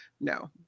no